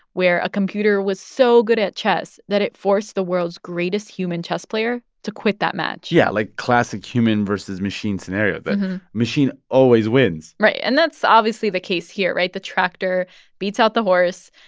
where a computer was so good at chess that it forced the world's greatest human chess player to quit that match yeah, like, classic human versus machine scenario the machine always wins right. and that's obviously the case here, right? the tractor beats out the horse.